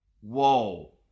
Whoa